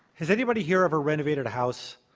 has anybody here ever renovated a house?